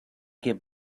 get